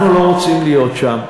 אנחנו לא רוצים להיות שם.